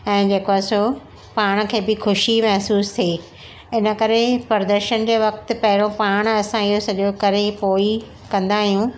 ऐं जेको आहे सो पाण खे बि ख़ुशी महसूसु थिए हिनकरे प्रदर्शन जे वक़्ति पहिरों पाण असां इहो सॼो करे पोए कंदा आहियूं